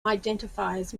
identifiers